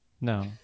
No